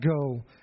go